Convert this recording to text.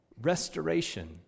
restoration